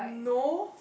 no